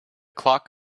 clock